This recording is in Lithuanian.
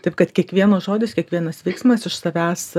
taip kad kiekvienas žodis kiekvienas veiksmas iš savęs